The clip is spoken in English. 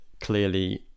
clearly